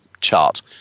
chart